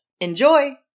Enjoy